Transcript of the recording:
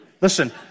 Listen